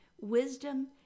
wisdom